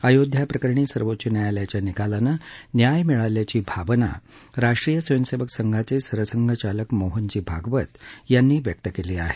अयोध्या प्रकरणी सर्वोच्च न्यायालयाच्या निकालानं न्याय मिळाल्याची भावना राष्ट्रीय स्वयंसेवक संघाचे सरसंघचालक मोहन भागवत यांनी व्यक्त केली आहे